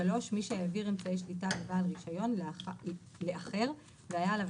מי שהעביר אמצעי שליטה בבעל רישיון לאחר והיה עליו